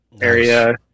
area